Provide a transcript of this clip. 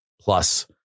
plus